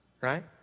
Right